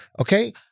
Okay